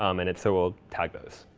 um and if so, we'll tag those.